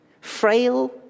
Frail